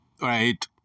right